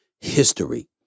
history